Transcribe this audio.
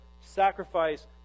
sacrifice